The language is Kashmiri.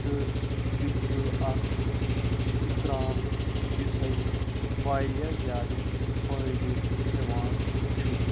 تہٕ یہِ چھُ اکھ سُہ کرٛاپ یُس اَسہِ واریاہ زیادٕ فٲیدٕ دِوان چھُ